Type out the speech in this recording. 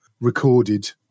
recorded